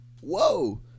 Whoa